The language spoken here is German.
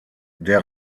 der